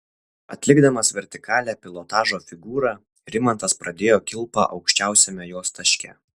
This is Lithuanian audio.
atlikdamas vertikalią pilotažo figūrą rimantas pradėjo kilpą aukščiausiame jos taške